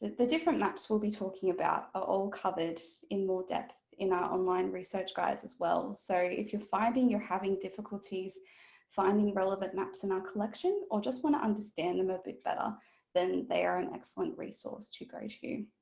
the different maps we'll be talking about are all covered in more depth in our online research guides as well so if you're finding you're having difficulties finding relevant maps in our collection or just want to understand them a bit better then they are an excellent resource resource to go to.